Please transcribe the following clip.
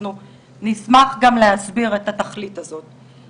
ואנחנו נשמח גם להסביר את התכלית הזאת.